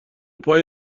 پای